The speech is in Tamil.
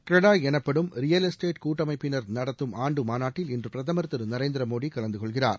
கிரடாய் எனப்படும் ரியல் எஸ்டேட் கூட்டமைப்பினர் நடத்தும் ஆண்டு மாநாட்டில் இன்று பிரதமர் திரு நரேந்திர மோடி கலந்துகொள்கிறார்